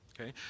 okay